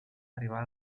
arribar